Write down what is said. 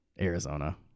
Arizona